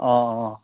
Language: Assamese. অঁ অঁ